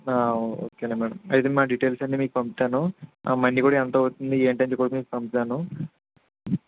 ఓకేలే మేడం అయితే మా డీటెయిల్స్ అన్ని మీకు పంపుతాను మనీ కూడా ఎంత అవుతుంది ఏంటి అనేది కూడా మీకు పంపుతాను